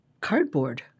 cardboard